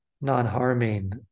non-harming